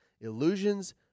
illusions